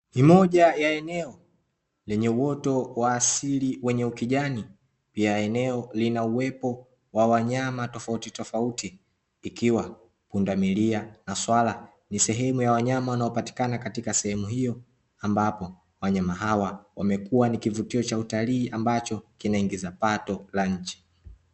Ni moja ya eneo lenye uoto wa asili wenye ukijani, pia eneo lina uwepo wa wanyama tofautitofauti ikiwa pundamilia na swala ni sehemu ya wanyama wanaopatikana katika sehemu hiyo, ambapo wanyama hawa wamekuwa ni kivutio cha utalii ambacho kinaingiza pato la nchi.